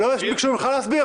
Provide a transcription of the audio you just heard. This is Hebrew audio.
לא ביקשו ממך להסביר.